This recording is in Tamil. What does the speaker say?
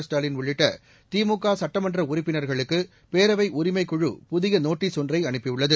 ஸ்டாலின் உள்ளிட்ட திமுக சுட்டமன்ற உறுப்பினர்களுக்கு பேரவை உரிமைக் குழு புதிய நோட்டீஸ் ஒன்றை அனுப்பியுள்ளது